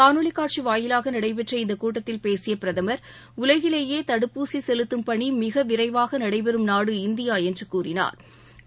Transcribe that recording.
காணொலி காட்சி வாயிவாக நடைபெற்ற இந்தக் கூட்டத்தில் பேசிய பிரதமர் உலகிலேயே தடுப்பூசி செலுத்தும் பணி மிக விரைவாக நடைபெறும் நாடு இந்தியா என்று கூறினாா்